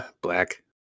black